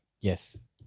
Yes